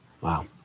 Wow